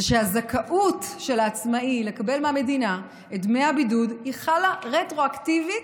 שהזכאות של העצמאי לקבל מהמדינה את דמי הבידוד חלה רטרואקטיבית.